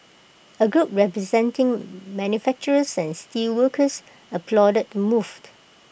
A group representing manufacturers and steelworkers applauded the move